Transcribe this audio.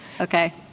Okay